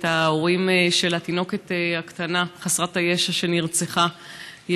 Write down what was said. את ההורים של התינוקת הקטנה חסרת הישע שנרצחה,